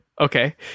Okay